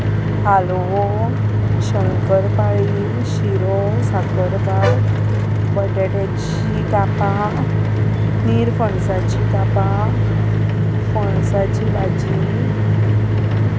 हालवो शंकर पाळी शिरो साकरभात बटाट्याची कापां निरपणसाचीं कापां पणसाची भाजी